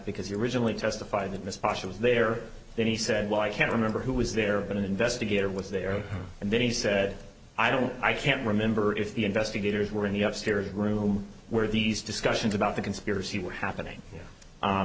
because you originally testified that miss pasha was there then he said well i can't remember who was there but an investigator was there and then he said i don't know i can't remember if the investigators were on the up stairs room where these discussions about the conspiracy were happening